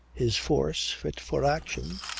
his force, fit for action,